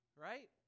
right